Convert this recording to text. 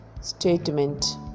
statement